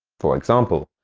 for example,